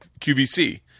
QVC